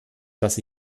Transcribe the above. dass